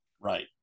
right